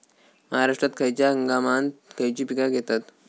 महाराष्ट्रात खयच्या हंगामांत खयची पीका घेतत?